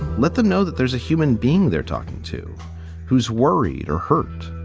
let them know that there's a human being they're talking to who's worried or hurt